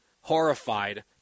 horrified